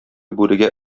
бүрегә